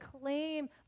claim